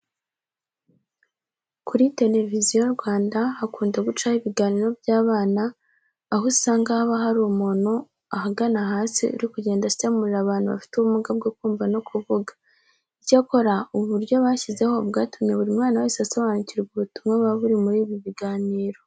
Kuri Televiziyo Rwanda hakunda gucaho ibiganiro by'abana aho usanga haba hari umuntu ahagana hasi uri kugenda asemurira abantu bafite ubumuga bwo kumva no kuvuga. Icyakora ubu buryo bashyizeho bwatumye buri mwana wese asobanukirwa ubutumwa buba buri muri ibi biganiro.